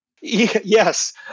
Yes